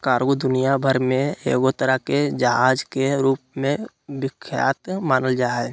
cargo दुनिया भर मे एगो तरह के जहाज के रूप मे विख्यात मानल जा हय